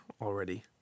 already